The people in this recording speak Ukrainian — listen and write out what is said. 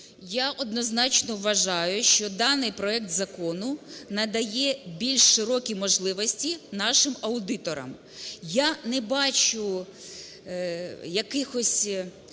Я однозначно вважаю, що даний проект закону надає більш широкі можливості нашим аудиторам. Я не бачу якихось